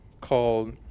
called